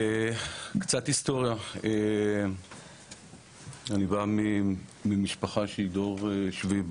קצת היסטוריה, אני בא ממשפחה שהיא דור שביעי בארץ,